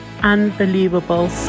Unbelievable